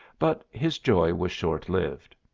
but his joy was short-lived.